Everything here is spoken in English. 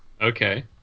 Okay